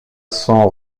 son